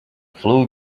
flue